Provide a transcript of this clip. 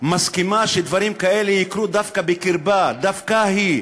מסכימה שדברים כאלה יקרו דווקא בקרבה, דווקא היא?